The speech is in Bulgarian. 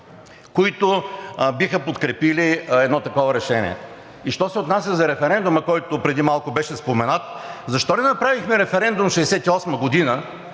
които биха подкрепили едно такова решение. Що се отнася за референдума, който преди малко беше споменат, защо не направихме референдум 1968 г.,